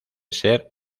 ser